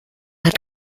hat